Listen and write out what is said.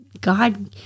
God